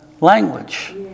language